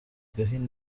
gahini